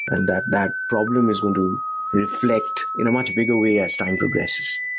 and that that problem is going to reflect in a much bigger way as time progresses.